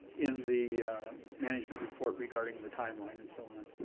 in the management report regarding the timeline and so on.